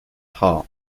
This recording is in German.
haar